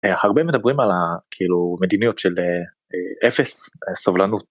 הרבה מדברים על הכאילו מדיניות של אפס סבלנות.